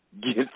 Get